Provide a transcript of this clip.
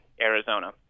Arizona